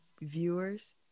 viewers